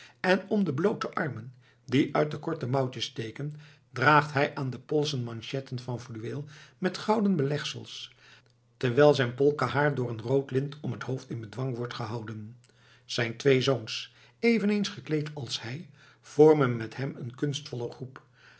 en om de bloote armen die uit de korte mouwtjes steken draagt hij aan de polsen manchetten van fluweel met gouden belegsels terwijl zijn polka haar door een rood lint om het hoofd in bedwang wordt gehouden zijn twee zoons eveneens gekleed als hij vormen met hem een kunstvolle groep